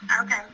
Okay